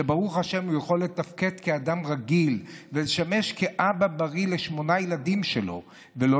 שברוך השם יכול לתפקד כאדם רגיל ולשמש כאבא בריא לשמונה הילדים שלו ולא